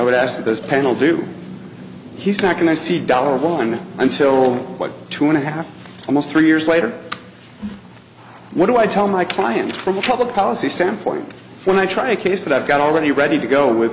would ask this panel do he's not going to see dollar one until like two and a half almost three years later what do i tell my clients from a public policy standpoint when i try case that i've got already ready to go with